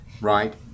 right